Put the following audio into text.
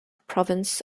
province